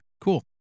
cool